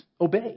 Obey